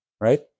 right